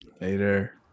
later